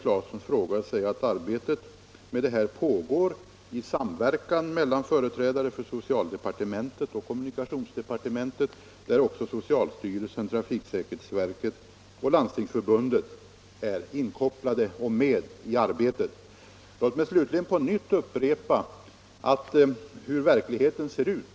Arbetet med detta pågår i samverkan mellan företrädare för socialdepartementet och kommunikationsdepartementet, varvid också socialstyrelsen, trafiksäkerhetsverket och Landstingsförbundet är inkopplade. Låt mig slutligen upprepa hur verkligheten ser ut.